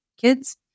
kids